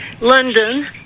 London